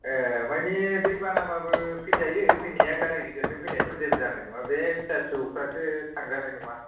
ए मानि दै बानाब्लाबो फैजायो फैनाया गारि गिदिरजों फैनायाथ' जेबो जानाय नङा बे फिसा फिसौफोरासो थांजानाय नङा